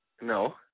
No